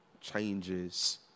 changes